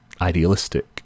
idealistic